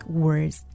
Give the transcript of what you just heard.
words